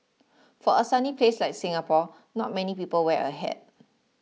for a sunny place like Singapore not many people wear a hat